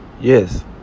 Yes